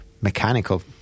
mechanical